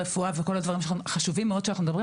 רפואה וכל הדברים החשובים שאנחנו מדברים